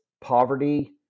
poverty